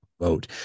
vote